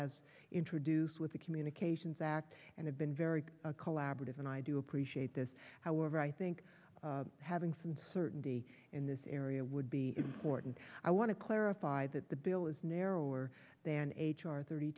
as introduced with the communications act and have been very collaborative and i do appreciate this however i think having some certainty in this area would be important i want to clarify that the bill is narrower than age or thirty